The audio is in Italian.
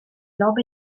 lobo